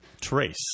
Trace